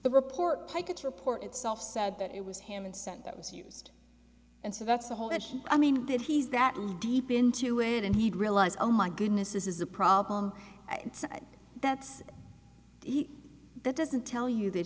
the report i could report itself said that it was him and sent that was used and so that's the whole issue i mean that he's that deep into it and he'd realize oh my goodness this is a problem that's heat that doesn't tell you that